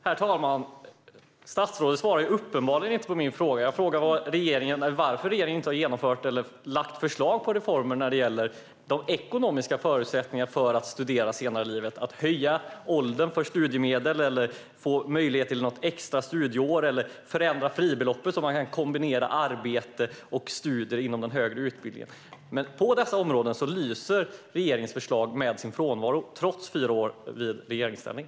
Herr talman! Statsrådet svarar uppenbarligen inte på min fråga. Jag frågade varför regeringen inte har genomfört eller lagt fram förslag på reformer när det gäller de ekonomiska förutsättningarna för att studera senare i livet, höja åldern för studiemedel, ge möjlighet till ett extra studieår eller förändra fribeloppet så att arbete och studier inom den högre utbildningen kan kombineras. På dessa områden lyser regeringens förslag med sin frånvaro, trots fyra år i regeringsställning.